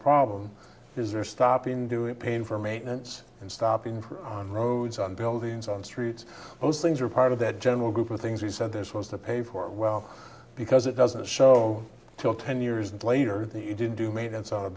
problem is they are stopping doing paying for maintenance and stopping for roads on buildings on streets those things are part of that general group of things we said they're supposed to pay for well because it doesn't show till ten years later you do maintenance on a